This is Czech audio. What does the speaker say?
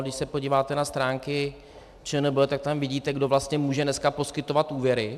Když se podíváte na stránky ČNB, tak tam vidíte, kdo vlastně může dneska poskytovat úvěry.